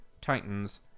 Titans